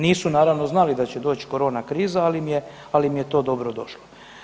Nisu naravno znali da će doći korona kriza, ali im je to dobro došlo.